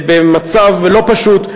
במצב לא פשוט,